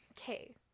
okay